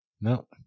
no